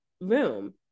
room